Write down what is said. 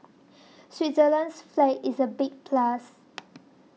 Switzerland's flag is a big plus